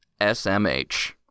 SMH